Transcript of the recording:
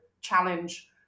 challenge